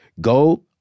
go